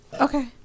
okay